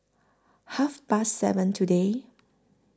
Half Past seven today